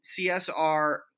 CSR